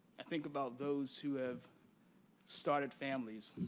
i think about those who have started families.